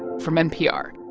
from npr